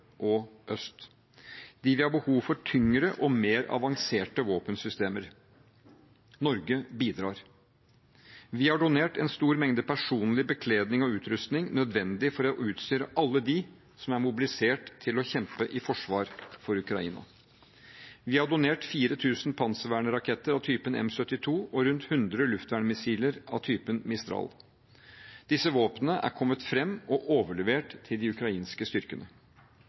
og øst. De vil ha behov for tyngre og mer avanserte våpensystemer. Norge bidrar. Vi har donert en stor mengde personlig bekledning og utrustning nødvendig for å utstyre alle de som er mobilisert til å kjempe i forsvar for Ukraina. Vi har donert 4 000 panservernraketter av typen M72 og rundt 100 luftvernmissiler av typen Mistral. Disse våpnene er kommet fram og er overlevert de ukrainske styrkene.